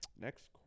Next